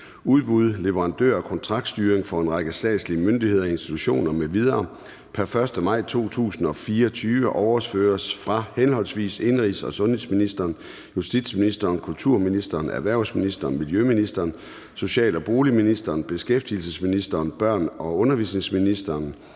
udbud, leverandør- og kontraktstyring for en række statslige myndigheder, institutioner m.v. pr. 1. maj 2024 overføres fra henholdsvis indenrigs- og sundhedsministeren, justitsministeren, kulturministeren, erhvervsministeren, miljøministeren, social- og boligministeren, beskæftigelsesministeren, børne- og undervisningsministeren,